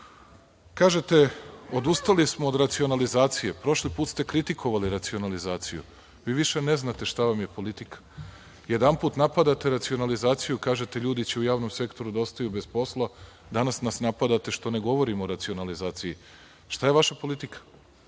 Kažete, odustali smo od racionalizacije, a prošli put ste kritikovali racionalizaciju. Vi više ne znate šta vam je politika. Jedanput napadate racionalizaciju i kažete – ljudi će u javnom sektoru da ostanu bez posla, a danas nas napadate što ne govorimo o racionalizaciji. Šta je vaša politika?